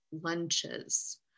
lunches